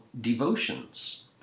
Devotions